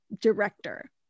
director